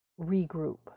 regroup